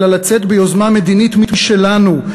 אלא לצאת ביוזמה מדינית משלנו,